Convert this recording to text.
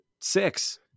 six